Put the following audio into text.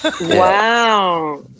Wow